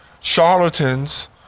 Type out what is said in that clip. charlatans